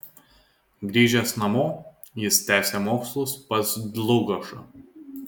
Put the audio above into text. grįžęs namo jis tęsė mokslus pas dlugošą